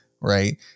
right